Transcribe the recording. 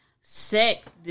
sex